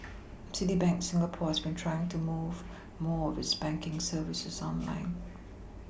Citibank Singapore has been trying to move more of its banking services online